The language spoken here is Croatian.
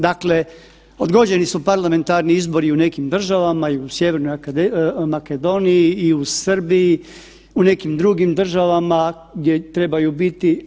Dakle, odgođeni su parlamentarni izbori u nekim državama i Sjevernoj Makedoniji i u Srbiji, u nekim drugim državama gdje trebaju biti.